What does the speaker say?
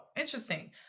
interesting